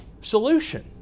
solution